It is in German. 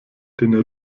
den